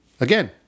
Again